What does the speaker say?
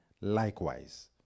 likewise